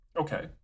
Okay